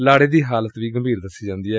ਲਾੜੇ ਦੀ ਹਾਲਤ ਗੰਭੀਰ ਦੱਸੀ ਜਾਂਦੀ ਏ